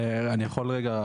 אני יכול לרגע,